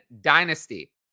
Dynasty